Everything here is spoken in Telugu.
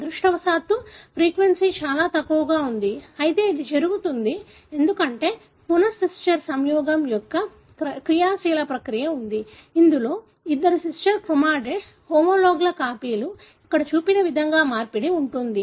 అదృష్టవశాత్తూ ఫ్రీక్వెన్సీ చాలా తక్కువగా ఉంది అయితే ఇది జరుగుతుంది ఎందుకంటే పునః sisterసంయోగం యొక్క క్రియాశీల ప్రక్రియ ఉంది ఇందులో ఇద్దరు సిస్టర్ క్రోమాటిడ్స్ హోమోలాగ్ల కాపీలు ఇక్కడ చూపిన విధంగా మార్పిడి ఉంటుంది